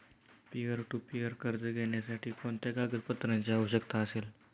Peer to peer कर्ज घेण्यासाठी कोणत्या कागदपत्रांची आवश्यकता असेल?